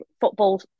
football